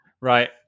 right